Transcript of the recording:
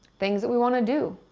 things that we want to do,